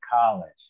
college